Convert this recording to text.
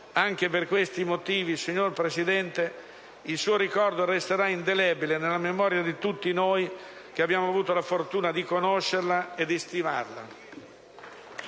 Anche per questi motivi, signora Presidente, il suo ricordo resterà indelebile nella memoria di tutti noi, che abbiamo avuto la fortuna di conoscerla e di stimarla.